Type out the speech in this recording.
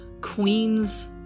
Queens